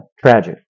Tragic